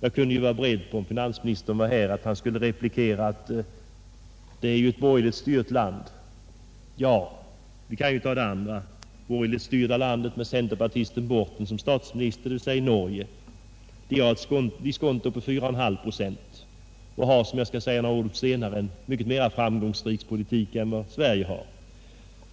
Om finansministern var närvarande i kammaren nu skulle han förmodligen replikera att Danmark ju är ett borgerligt styrt land. Vi kan se på det andra borgerligt styrda landet, Norge, med centerpartisten Borten som statsminister. Där har man ett diskonto på 4,5 procent och har, vilket jag skall säga några ord om senare, en mycket mer framgångsrik politik än Sverige har.